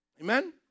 Amen